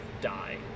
die